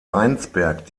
weinsberg